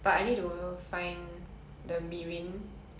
is there an english replacement for that word I don't know